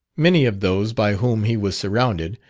many of those by whom he was surrounded,